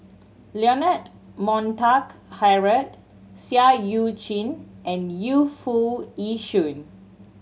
Leonard Montague Harrod Seah Eu Chin and Yu Foo Yee Shoon